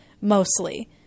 mostly